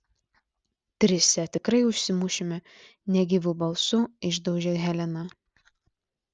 trise tikrai užsimušime negyvu balsu išdaužė helena